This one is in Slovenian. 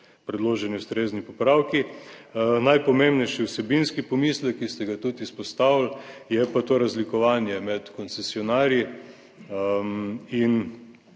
predloženi ustrezni popravki. Najpomembnejši vsebinski pomislek, ki ste ga tudi izpostavili je pa to razlikovanje med koncesionarji in